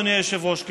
אדוני היושב-ראש,